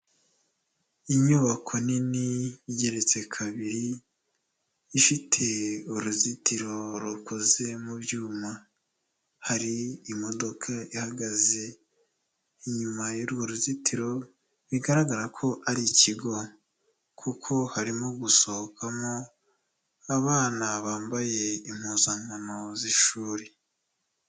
Inyubako nini igereretse kabiri, ifite uruzitiro rukoze mu byuma, hari imodoka ihagaze inyuma yu'rwo ruzitiro bigaragara ko ari ikigo kuko harimo gusohokamo abana bambaye impuzankano z'ishuri.